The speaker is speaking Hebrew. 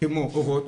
כמו אורות,